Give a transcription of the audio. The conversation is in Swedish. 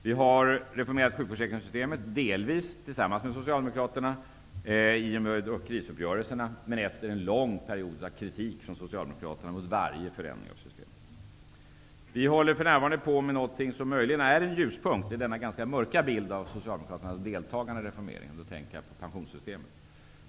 Vi har reformerat sjukförsäkringssystemet -- delvis tillsammans med Socialdemokraterna i och med krisuppgörelserna, men efter en lång period av kritik från Socialdemokraterna mot varje förändring av systemet. Vi håller för närvarande på med någonting som möjligen är en ljuspunkt i denna ganska mörka bild av Socialdemokraternas deltagande i reformarbetet. Jag tänker då på pensionssystemet.